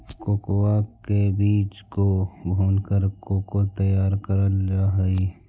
cocoa के बीज को भूनकर कोको तैयार करल जा हई